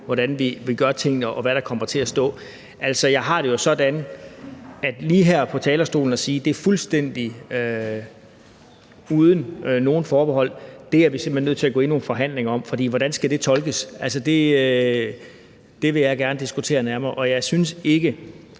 hvordan vi gør tingene, og hvad der kommer til at stå. Jeg har det jo sådan, at jeg ikke lige her på talerstolen vil sige, at det er fuldstændig uden nogen forbehold, for det er vi simpelt hen nødt til at gå ind i nogle forhandlinger om, for hvordan skal det tolkes? Det vil jeg gerne diskutere nærmere, og jeg synes ikke,